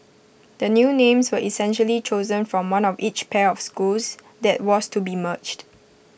the new names were essentially chosen from one of each pair of schools that was to be merged